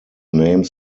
names